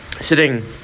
sitting